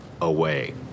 Away